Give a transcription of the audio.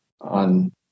on